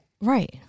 Right